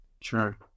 Sure